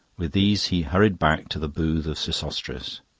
with these he hurried back to the booth of sesostris.